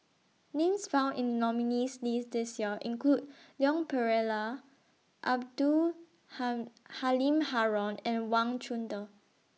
Names found in The nominees' list This Year include Leon Perera Abdul Ham Halim Haron and Wang Chunde